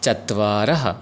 चत्वारः